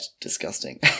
disgusting